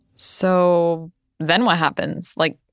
so then what happens? like,